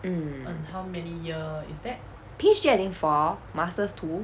mm PhD I think four master's two